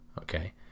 Okay